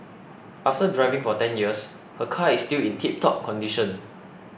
after driving for ten years her car is still in tiptop condition